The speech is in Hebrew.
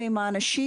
אני אסביר.